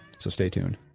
so stay tuned